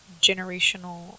generational